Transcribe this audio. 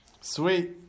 Sweet